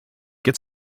get